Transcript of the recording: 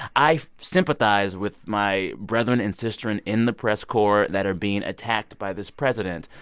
i sympathize with my brethren and sistren in the press corps that are being attacked by this president,